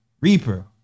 Reaper